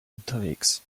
unterwegs